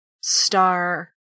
Star